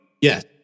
Yes